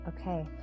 Okay